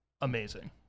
amazing